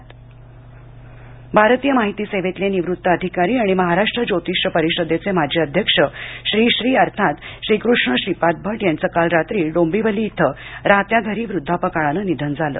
भट भारतीय माहिती सेवेतील निवृत्त अधिकारी आणि महाराष्ट्र ज्योतिष्य परिषदेचे माजी अध्यक्ष श्री श्री अर्थात् श्रीकृष्ण श्रीपाद भट यांचं परवा रात्री डोबिंवली इथं राहत्या घरी वृद्धापकाळानं निधन झालं